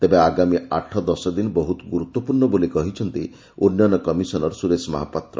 ତେବେ ଆଗାମୀ ଆଠ ଦଶ ଦିନ ବହ୍ରତ ଗୁରୁତ୍ୱପୂର୍ଷ ବୋଲି କହିଛନ୍ତି ଉନ୍ନୟନ କମିଶନର ସୁରେଶ ମହାପାତ୍ର